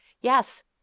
Yes